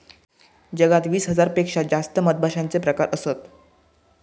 जगात वीस हजार पेक्षा जास्त मधमाश्यांचे प्रकार असत